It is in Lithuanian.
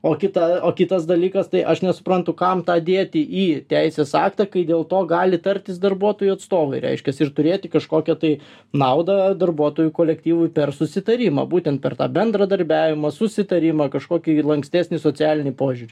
o kita o kitas dalykas tai aš nesuprantu kam tą dėti į teisės aktą kai dėl to gali tartis darbuotojų atstovai reiškiasi ir turėti kažkokio tai naudą darbuotojų kolektyvui per susitarimą būtent per tą bendradarbiavimo susitarimą kažkokį lankstesnį socialiniu požiūriu